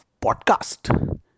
podcast